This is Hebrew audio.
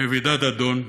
וידאד אדון,